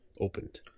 opened